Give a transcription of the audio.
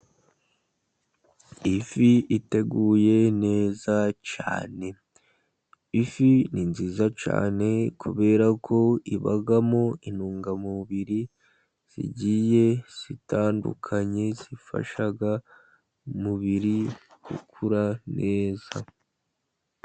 Ifi iteguye neza cyane, ifi ni nziza cyane, kubera ko ibamo intungamubiri zigiye zitandukanye, zifasha umubiri gukura neza.